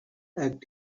act